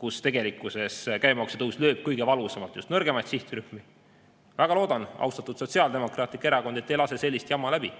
kus tegelikkuses käibemaksu tõus lööb kõige valusamalt just nõrgimaid sihtrühmi – väga loodan, austatud Sotsiaaldemokraatlik Erakond, et te ei lase sellist jama läbi.